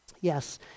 yes